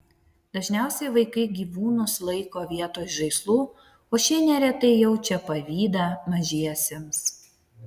dažniausiai vaikai gyvūnus laiko vietoj žaislų o šie neretai jaučia pavydą mažiesiems